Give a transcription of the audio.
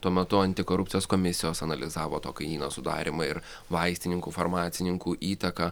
tuo metu antikorupcijos komisijos analizavo to kainyno sudarymą ir vaistininkų farmacininkų įtaką